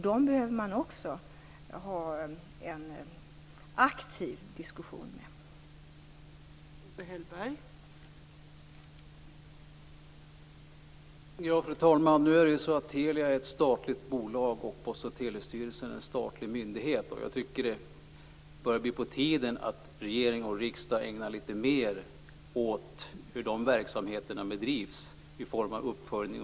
Vi behöver ha en aktiv diskussionen med dem också.